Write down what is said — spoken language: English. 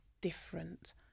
different